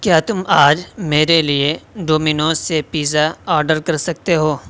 کیا تم آج میرے لیے ڈومینوز سے پیتزا آرڈر کر سکتے ہو